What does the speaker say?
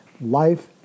Life